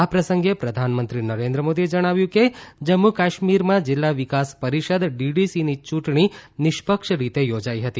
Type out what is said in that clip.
આ પ્રસંગે પ્રધાનમંત્રી નરેન્ન મોદીએ જણાવ્યું કે જમ્મ્ કાશ્મીરમાં જિલ્લા વિકાસ પરિષદ ડીડીસીની ચૂંટણી નિષ્પક્ષ રીતે યોજાઇ હતી